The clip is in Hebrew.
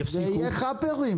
יהיו חאפרים.